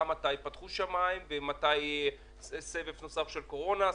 מתי ייפתחו השמיים ומתי יהיה סבב נוסף של קורונה.